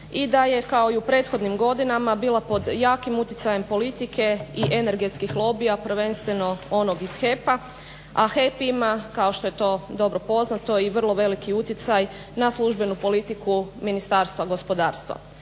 i da je kao i u prethodnim godinama bila pod jakim uticajem politike i energetskih lobija prvenstveno onog iz HEP-a, a HEP ima kao što je to dobro poznato i vrlo veliki uticaj na službenu politiku Ministarstva gospodarstva.